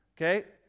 Okay